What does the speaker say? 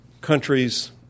countries